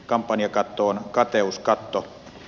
kampanjakatto on kateuskatto